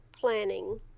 planning